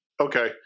okay